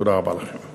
תודה רבה לכם.